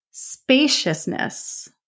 Spaciousness